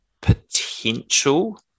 potential